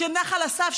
של נחל אסף,